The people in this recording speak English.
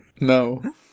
No